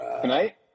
Tonight